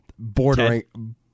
Bordering